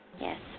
yes